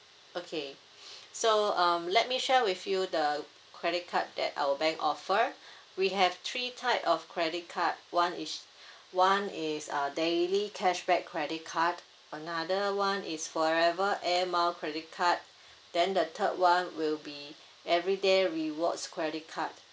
okay so um let me share with you the credit card that our bank offer we have three type of credit card one is one is uh daily cashback credit card another one is forever air miles credit card then the third one will be everyday rewards credit card